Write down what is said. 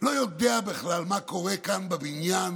לא יודע בכלל מה קורה כאן בבניין